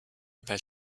weil